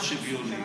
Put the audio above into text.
לא שוויוני,